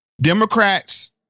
Democrats